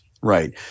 right